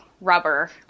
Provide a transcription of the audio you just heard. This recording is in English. rubber